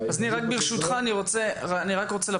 ניר, אני רק רוצה לפרוטוקול.